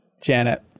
janet